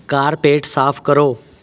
carpet ਸਾਫ਼ ਕਰੋ